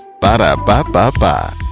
Ba-da-ba-ba-ba